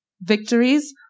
victories